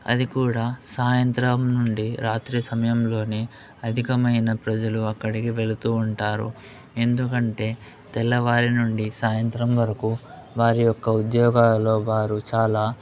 అదికూడా సాయంత్రం నుండి రాత్రి సమయంలోనే అధికమైన ప్రజలు అక్కడికి వెళుతూ ఉంటారు ఎందుకంటే తెల్లవారి నుండి సాయంత్రం వరకు వారి యొక్క ఉద్యోగాలలో వారు చాలా